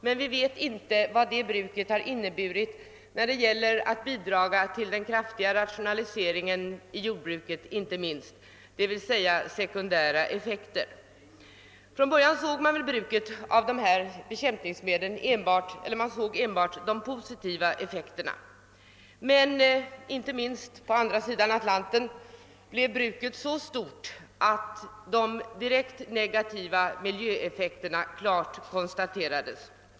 Men vi vet inte vad bruket av bekämpningsmedel såsom ett led i den kraftiga rationaliseringen inom jordbruket har inne burit, d.v.s. vilka sekundära effekter bekämpningsmedlen haft. Från början såg man enbart de positiva effekterna av bruket av bekämpningsmedel. Inte minst på andra sidan Atlanten blev bruket så småningom så stort att de direkt negativa miljöeffekterna klart kunde konstateras.